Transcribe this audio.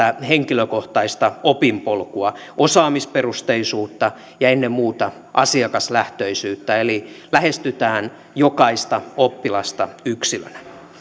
henkilökohtaista opinpolkua osaamisperusteisuutta ja ennen muuta asiakaslähtöisyyttä eli lähestytään jokaista oppilasta yksilönä